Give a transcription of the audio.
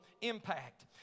impact